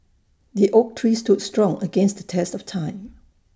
the oak tree stood strong against the test of time